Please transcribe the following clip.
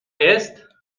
jest